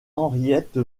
henriette